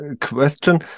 question